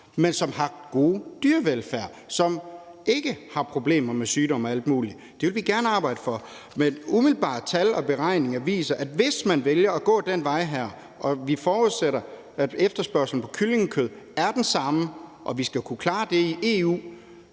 men som har en god dyrevelfærd, og som ikke har problemer med sygdomme og alt muligt andet. Det vil vi gerne arbejde for. Men umiddelbare tal og beregninger viser, at der, hvis vi vælger at gå den her vej, og vi forudsætter, at efterspørgslen på kyllingekød er den samme, og at vi skal kunne klare det i EU